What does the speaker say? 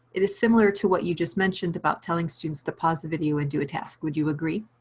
it is similar to what you just mentioned about telling students to pause the video and do a task. would you agree.